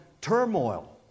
turmoil